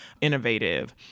innovative